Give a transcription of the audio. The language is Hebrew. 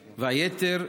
והיתר,